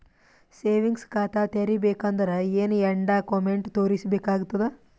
Savings ಖಾತಾ ತೇರಿಬೇಕಂದರ ಏನ್ ಏನ್ಡಾ ಕೊಮೆಂಟ ತೋರಿಸ ಬೇಕಾತದ?